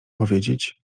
powiedzieć